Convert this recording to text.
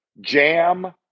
jam